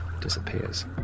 disappears